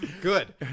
Good